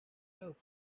closed